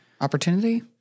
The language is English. opportunity